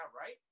right